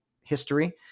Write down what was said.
history